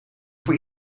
voor